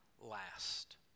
last